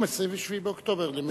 היום זה 27 באוקטובר.